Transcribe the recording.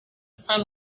sun